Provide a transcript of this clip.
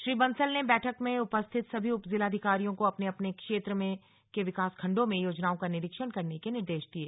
श्री बंसल ने बैठक में उपस्थित सभी उप जिलाधिकारियों को अपने अपने क्षेत्र के विकासखण्डों में योजनाओं का निरीक्षण करने के निर्देश दिये